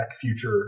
future